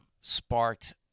sparked